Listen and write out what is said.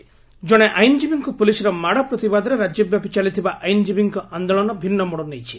ଆଇନଜୀବୀ ଆନୋଳନ ଜଣେ ଆଇନଜୀବୀଙ୍କୁ ପୁଲିସର ମାଡ଼ ପ୍ରତିବାଦରେ ରାଜ୍ୟବ୍ୟାପୀ ଚାଲିଥିବା ଆଇନକୀବୀଙ୍କ ଆଦୋଳନ ଭିନ୍ନ ମୋଡ଼ ନେଇଛି